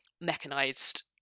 mechanized